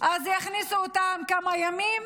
אז יכניסו אותם לכמה ימים